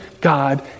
God